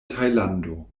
tajlando